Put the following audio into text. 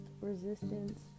resistance